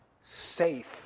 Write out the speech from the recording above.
safe